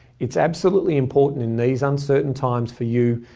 it's absolutely important in these uncertain times for you,